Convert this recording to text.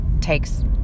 takes